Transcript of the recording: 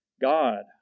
God